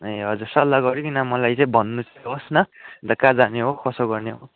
ए हजुर सल्लाह गरिकन मलाई चाहिँ भन्नु चाहिँ होस् न अन्त कहाँ जाने हो कसो गर्ने हो